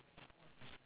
weekend